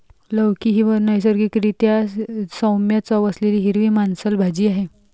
लौकी ही नैसर्गिक रीत्या सौम्य चव असलेली हिरवी मांसल भाजी आहे